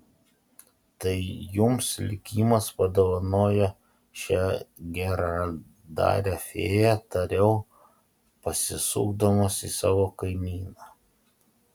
tai jums likimas padovanojo šią geradarę fėją tariau pasisukdamas į savo kaimyną